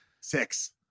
Six